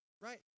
right